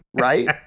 right